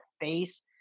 face